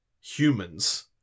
humans